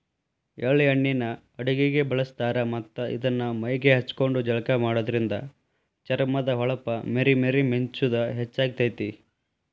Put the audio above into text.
ಎಳ್ಳ ಎಣ್ಣಿನ ಅಡಗಿಗೆ ಬಳಸ್ತಾರ ಮತ್ತ್ ಇದನ್ನ ಮೈಗೆ ಹಚ್ಕೊಂಡು ಜಳಕ ಮಾಡೋದ್ರಿಂದ ಚರ್ಮದ ಹೊಳಪ ಮೇರಿ ಮೇರಿ ಮಿಂಚುದ ಹೆಚ್ಚಾಗ್ತೇತಿ